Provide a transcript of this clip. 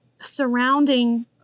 surrounding